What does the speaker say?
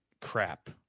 crap